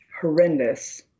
Horrendous